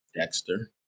Dexter